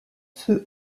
feux